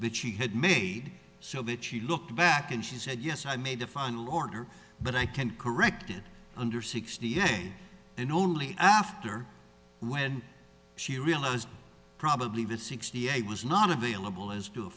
that she had made so that she looked back and she said yes i made a final order but i can correct it under sixty day and only after when she realized probably the sixty eight was not available as to a